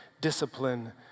discipline